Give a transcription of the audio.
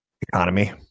economy